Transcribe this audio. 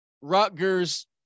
Rutgers